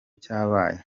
cyabaye